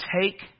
take